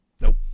Nope